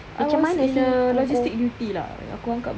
I was in the logistic duty lah aku angkat berat